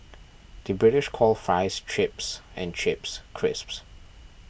the British calls Fries Chips and Chips Crisps